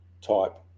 type